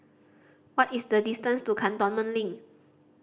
what is the distance to Cantonment Link